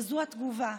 וזו התגובה: